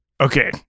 Okay